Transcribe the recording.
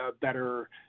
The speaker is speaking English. better